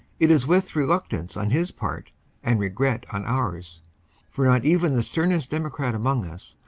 it is with reluctance on his part and regret on ours for not even the sternest democrat among us,